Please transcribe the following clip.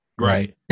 Right